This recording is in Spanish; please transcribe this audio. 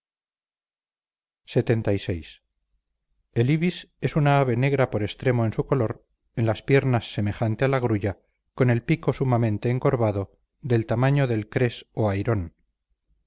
lxxvi el ibis es una ave negra por extremo en su color en las piernas semejante a la grulla con el pico sumamente encorvado del tamaño del cres o